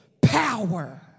power